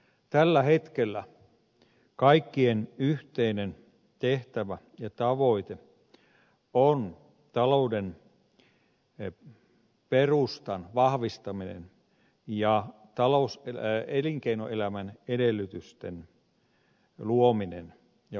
tällä hetkellä kaikkien yhteinen tehtävä ja tavoite on talouden perustan vahvistaminen ja elinkeinoelämän edellytysten luominen ja vahvistaminen